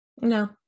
No